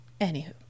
anywho